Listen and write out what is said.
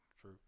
True